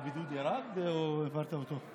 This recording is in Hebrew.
הבידוד ירד או העברת אותו?